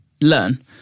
learn